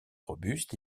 robuste